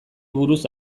buruz